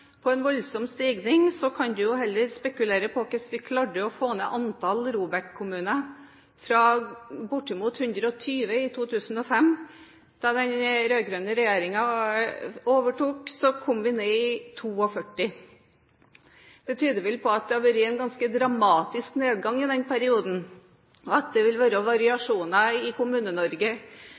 for en voldsom stigning, kan du heller spekulere i hvordan vi klarte å få ned antall ROBEK-kommuner fra bortimot 120 i 2005, da den rød-grønne regjeringen overtok, til 42. Det tyder vel på at det har vært en ganske dramatisk nedgang i den perioden. Jeg tror at det vil være variasjoner i